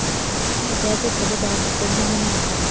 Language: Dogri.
ओह् ते ऐ धुप्प च बाह्र निकलना बी नेईं होंदा